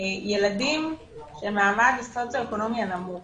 ילדים במעמד סוציו-אקונומי נמוך